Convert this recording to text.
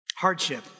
Hardship